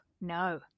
no